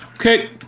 okay